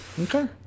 Okay